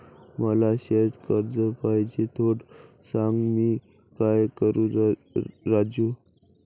मला शेती कर्ज पाहिजे, थोडं सांग, मी काय करू राजू?